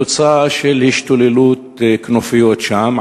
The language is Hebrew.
כתוצאה של השתוללות כנופיות שם,